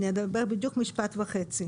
אני אדבר משפט וחצי.